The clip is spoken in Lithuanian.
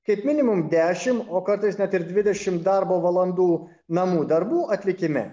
kaip minimum dešim o kartais net ir dvidešim darbo valandų namų darbų atlikime